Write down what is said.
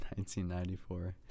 1994